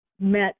met